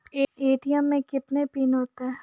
ATM मे कितने PIN होता हैं?